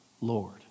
Lord